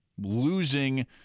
losing